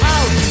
Out